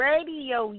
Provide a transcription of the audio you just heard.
Radio